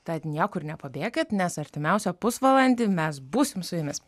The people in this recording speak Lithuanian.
tad niekur nepabėkit nes artimiausią pusvalandį mes būsim su jumis